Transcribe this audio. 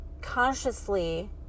consciously